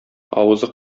авызы